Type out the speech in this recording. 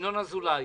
לדבר הזה.